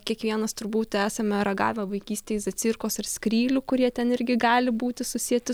kiekvienas turbūt esame ragavę vaikystėje zacirkos ir skrylių kurie ten irgi gali būti susieti